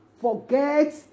forget